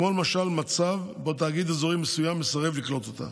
כמו למשל מצב שבו תאגיד אזורי מסוים מסרב לקלוט אותה.